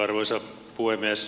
arvoisa puhemies